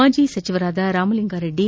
ಮಾಜಿ ಸಚಿವರಾದ ರಾಮಲಿಂಗಾರೆಡ್ಡಿ